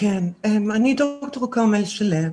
אני ד"ר כרמל שלו,